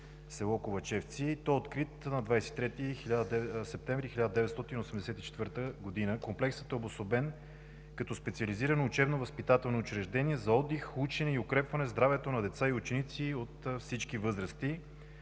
село Ковачевци. Той е открит на 23 септември 1984 г. Комплексът е обособен като специализирано учебно-възпитателно учреждение за отдих, учене и укрепване здравето на деца и ученици от всички възрасти.